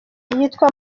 yitwa